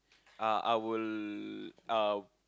ah I will uh